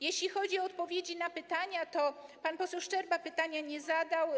Jeśli chodzi o odpowiedzi na pytania, to pan poseł Szczerba pytania nie zadał.